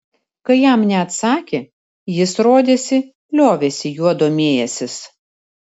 kai jam neatsakė jis rodėsi liovėsi juo domėjęsis